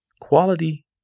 quality